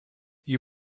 you